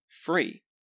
free